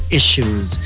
issues